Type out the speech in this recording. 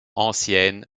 ancienne